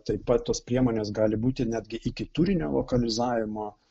taip pat tos priemonės gali būti netgi iki turinio lokalizavimo